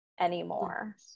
anymore